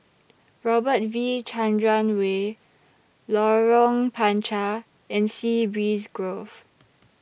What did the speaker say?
Robert V Chandran Way Lorong Panchar and Sea Breeze Grove